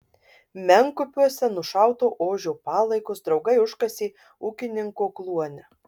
menkupiuose nušauto ožio palaikus draugai užkasė ūkininko kluone